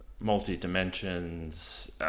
multi-dimensions